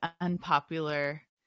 unpopular